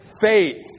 faith